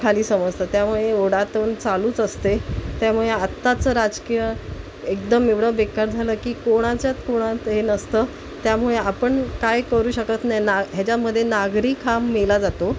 खाली समजतं त्यामुळे ओढाताण चालूच असते त्यामुळे आत्ताचं राजकीय एकदम एवढं बेकार झालं की कोणाच्यात कोणात हे नसतं त्यामुळे आपण काय करू शकत नाही ना ह्याच्यामध्ये नागरिक हा मेला जातो